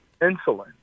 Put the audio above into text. insulin